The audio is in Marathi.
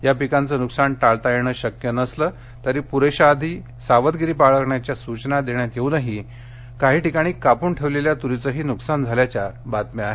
या पिकांचं नुकसान टाळता येणं शक्य नसलं तरी पुरेशा आधी सावधगिरी बाळगण्याच्या सूचना देण्यात येऊनही काही ठिकाणी कापून ठेवलेल्या तुरीचंही नुकसान झाल्याच्या बातम्या आहेत